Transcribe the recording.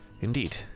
Indeed